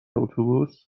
اتوبوس